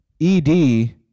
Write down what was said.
ED